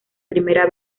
primera